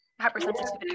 hypersensitivity